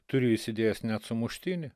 turiu įsidėjęs net sumuštinį